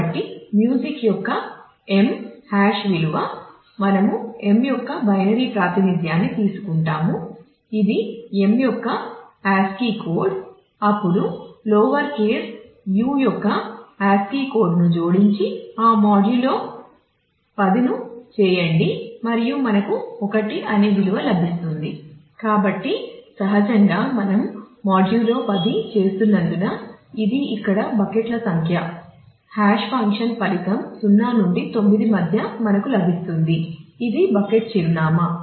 కాబట్టి సహజంగా మనం మాడ్యులో ఫలితం 0 నుండి 9 మధ్య మనకు లభిస్తుంది ఇది బకెట్ చిరునామా